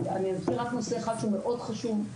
אני אסביר רק נושא אחד שהוא מאוד חשוב.